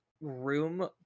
room